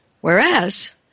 whereas